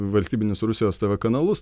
valstybinius rusijos tv kanalus